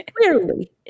Clearly